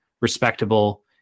respectable